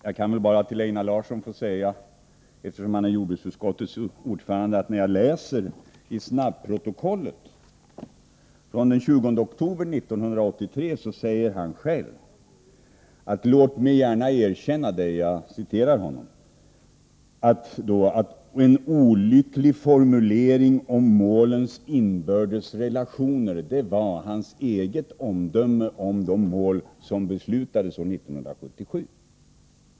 Jag vill bara säga till Einar Larsson, eftersom han är jordbruksutskottets ordförande, att han enligt shabbprotokollet från den 20 oktober 1983 då själv talade om en — jag citerar — ”låt mig gärna erkänna det, olycklig formulering om målens inbördes relationer.” Det var hans eget omdöme om de mål man fattade beslut om år 1977.